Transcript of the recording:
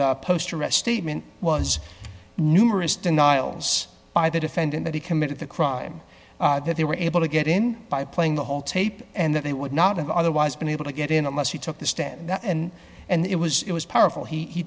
the post arrest statement was numerous denials by the defendant that he committed the crime that they were able to get in by playing the whole tape and that they would not have otherwise been able to get in unless you took the stand and it was it was powerful he